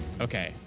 Okay